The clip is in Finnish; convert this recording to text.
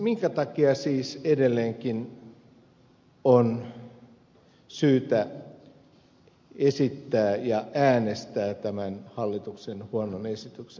minkä takia siis edelleenkin on syytä esittää ja äänestää tätä hallituksen huonoa esitystä vastaan